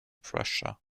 prussia